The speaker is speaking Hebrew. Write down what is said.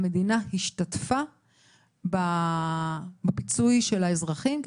המדינה השתתפה בפיצוי של האזרחים,